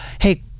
Hey